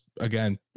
again